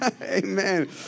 amen